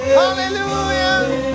hallelujah